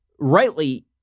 rightly